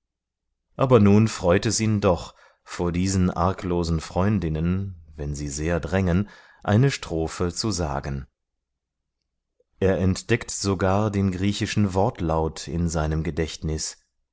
aber nun freut es ihn doch vor diesen arglosen freundinnen wenn sie sehr drängen eine strophe zu sagen er entdeckt sogar den griechischen wortlaut in seinem gedächtnis